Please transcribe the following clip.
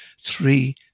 three